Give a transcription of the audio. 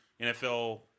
NFL